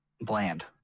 bland